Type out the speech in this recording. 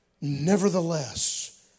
Nevertheless